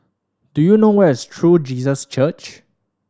do you know where is True Jesus Church